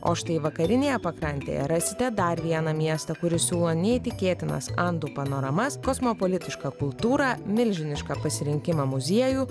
o štai vakarinėje pakrantėje rasite dar vieną miestą kuris siūlo neįtikėtinas andų panoramas kosmopolitišką kultūrą milžinišką pasirinkimą muziejų